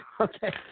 Okay